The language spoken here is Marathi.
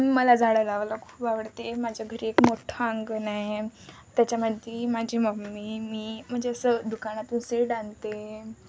मला झाडं लावायला खूप आवडते माझ्या घरी एक मोठ्ठं अंगण आहे त्याच्यामध्ये माझी मम्मी मी म्हणजे असं दुकानातून सेट आणते